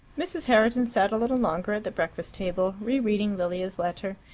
mrs. herriton sat a little longer at the breakfast table, re-reading lilia's letter.